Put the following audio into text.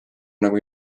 nagu